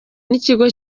n’ikigo